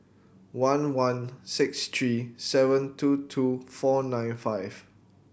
one one six three seven two two four nine five